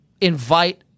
invite